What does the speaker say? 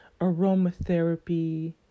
aromatherapy